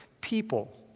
people